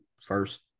first